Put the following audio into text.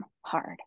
hard